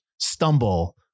stumble